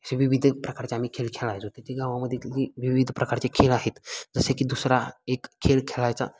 ते विविध प्रकारचे आम्ही खेळ खेळायचो त्याची गावामध्ये इथली विविध प्रकारचे खेळ आहेत जसे की दुसरा एक खेळ खेळायचा